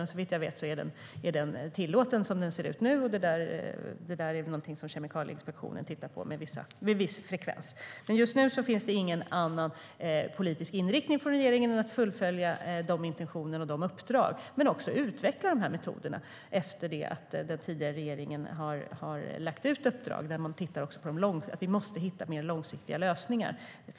Men såvitt jag vet är det tillåtet med BTI, och det är väl något som Kemikalieinspektionen tittar på med en viss frekvens. Just nu finns det ingen annan politisk inriktning från regeringen än att fullfölja intentionerna och uppdragen, men metoderna bör också utvecklas efter det att den tidigare regeringen har lagt ut ett uppdrag för att hitta mer långsiktiga lösningar.